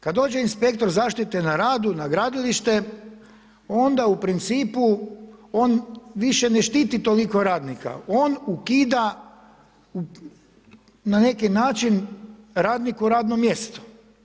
Kada dođe inspektor zaštite na radu na gradilište, onda u principu on više ne štiti toliko radnika, on ukida, na neki način, radniku radno mjesto.